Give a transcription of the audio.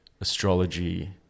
astrology